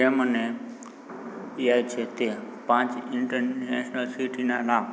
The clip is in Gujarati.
એ મને યાદ છે તે પાંચ ઇન્ટરનેશનલ સિટીનાં નામ